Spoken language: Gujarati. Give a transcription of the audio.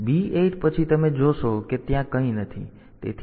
તેથી B8 પછી તમે જોશો કે ત્યાં કંઈ નથી